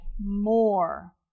more